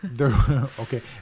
okay